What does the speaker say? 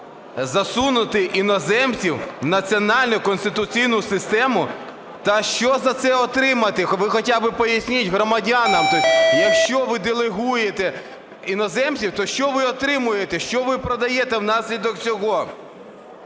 засунути іноземців у національну конституційну систему. Та що за це отримати? Ви хоча би поясність громадянам. Якщо ви делегуєте іноземців, то що ви отримуєте, що ви продаєте внаслідок цього?